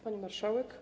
Pani Marszałek!